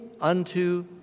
unto